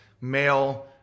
male